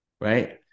right